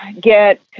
get